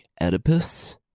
Oedipus